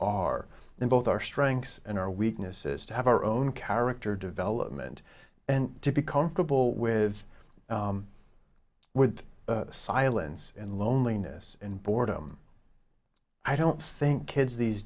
are in both our strengths and our weaknesses to have our own character development and to be comfortable with with silence and loneliness and boredom i don't think kids these